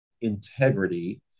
integrity